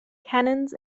canons